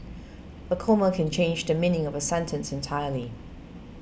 a comma can change the meaning of a sentence entirely